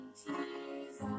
tears